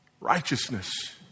righteousness